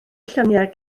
lluniau